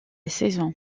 saison